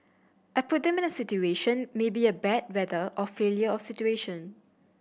I put them in a situation maybe a bad weather or failure of situation